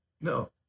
No